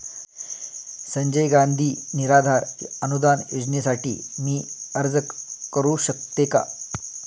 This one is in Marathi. संजय गांधी निराधार अनुदान योजनेसाठी मी अर्ज करू शकते का?